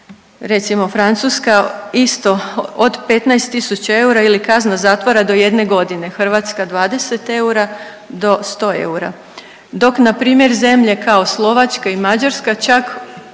Recimo, Francuska isto od 15 000 eura ili kazna zatvora do 1 godine. Hrvatska 20 eura do 100 eura, dok npr. zemlje kao Slovačka i Mađarska čak ovu